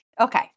Okay